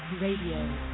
radio